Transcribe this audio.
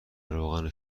روغن